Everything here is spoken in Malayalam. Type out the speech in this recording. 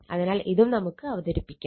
അതിനാൽ ഇതും നമുക്ക് അവതരിപ്പിക്കാം